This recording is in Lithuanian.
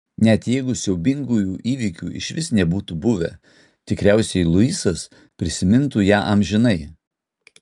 net jeigu siaubingųjų įvykių išvis nebūtų buvę tikriausiai luisas prisimintų ją amžinai